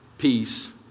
peace